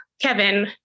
Kevin